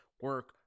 Work